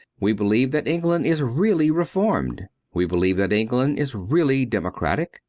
we believe that england is really reformed, we believe that england is really democratic,